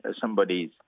somebody's